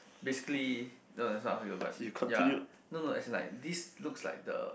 basically no it's not but ya no no as in like this looks like the